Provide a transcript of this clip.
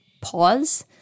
pause